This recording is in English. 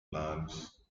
plants